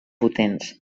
potents